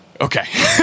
Okay